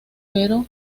pero